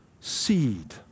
seed